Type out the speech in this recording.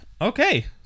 Okay